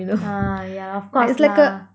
ah yeah of course lah